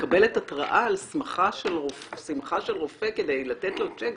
מקבלת התראה על שמחה של רופא כדי לתת לו צ'ק,